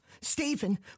Stephen